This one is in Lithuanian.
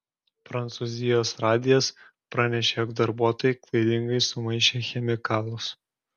prancūzijos radijas pranešė jog darbuotojai klaidingai sumaišė chemikalus